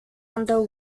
under